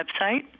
website